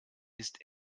ist